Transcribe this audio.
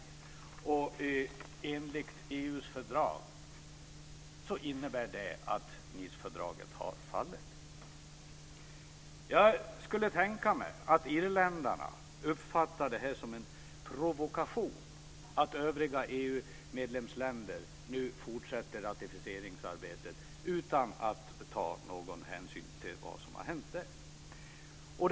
Och enligt EU:s fördrag innebär det att Nicefördraget har fallit. Jag skulle kunna tänka mig att irländarna uppfattar det som en provokation att EU:s övriga medlemsländer nu fortsätter ratificeringsarbetet utan att ta någon hänsyn till vad som har hänt där.